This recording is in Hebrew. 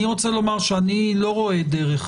אני לא רואה דרך